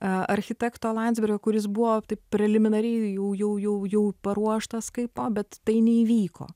architekto landsbergio kuris buvo taip preliminariai jau jau jau jau paruoštas kaipo bet tai neįvyko